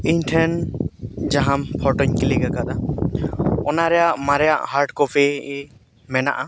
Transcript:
ᱤᱧ ᱴᱷᱮᱱ ᱡᱟᱦᱟᱸ ᱯᱷᱳᱴᱳᱧ ᱠᱞᱤᱠ ᱟᱠᱟᱫᱟ ᱚᱱᱟ ᱨᱮᱭᱟᱜ ᱢᱟᱨᱮᱭᱟᱜ ᱦᱟᱨᱰ ᱠᱚᱯᱤ ᱢᱮᱱᱟᱜᱼᱟ